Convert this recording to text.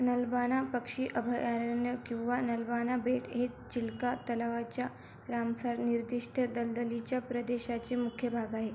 नलबाना पक्षी अभयारण्य किंवा नलबाना बेट हे चिलका तलावाच्या रामसर निर्दिष्ट दलदलीच्या प्रदेशाचे मुख्य भाग आहे